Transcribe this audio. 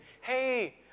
hey